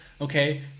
Okay